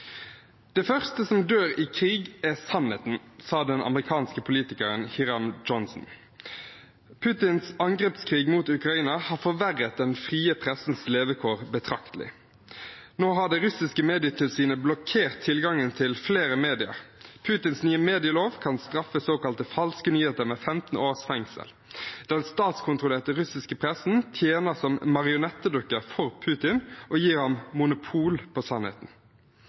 Det første som dør i krig, er sannheten, sa den amerikanske politikeren Hiram Johnson. Putins angrepskrig mot Ukraina har forverret den frie pressens levekår betraktelig. Nå har det russiske medietilsynet blokkert tilgangen til flere medier. Putins nye medielov kan straffe såkalte falske nyheter med 15 års fengsel. Den statskontrollerte russiske pressen tjener som marionettdukker for Putin og gir ham monopol på sannheten.